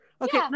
okay